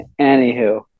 anywho